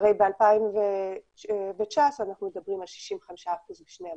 הרי ב-2019 אנחנו מדברים על 65% לשני המגזרים.